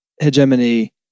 hegemony